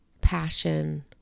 passion